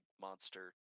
monster